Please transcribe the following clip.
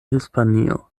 hispanio